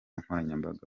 nkoranyambaga